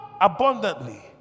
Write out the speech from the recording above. abundantly